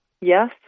Yes